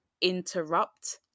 interrupt